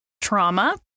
trauma